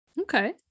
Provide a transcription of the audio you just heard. Okay